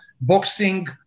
boxing